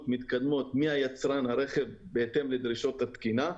מתקדמות מיצרן הרכב בהתאם לדרישות התקינה.